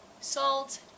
salt